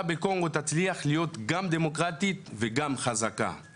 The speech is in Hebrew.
שהממשלה בקונגו תצליח להיות גם דמוקרטית וגם חזקה.